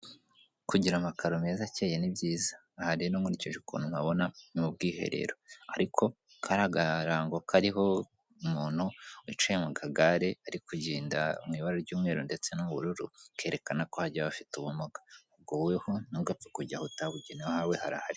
Aha ni ku ipaji imwe yo mu igazeti ya Leta nimero supesiyare yo kuwa makumyabiri z' Ukwacyenda bibiri na cumi n'umunani, ahavuga ingingo zitandukanye zerekeranye no kurwanya ruswa. Harimo ugushyira mu bikorwa ingamba zo kurwanya ruswa, gukorera mumucyo, kugaragariza raporo abo igenewe n'izindi.